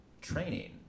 training